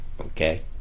okay